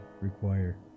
require